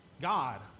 God